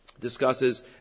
Discusses